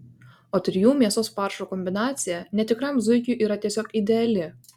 o trijų mėsos faršų kombinacija netikram zuikiui yra tiesiog ideali